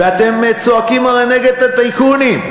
ואתם צועקים הרי נגד הטייקונים.